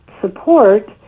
support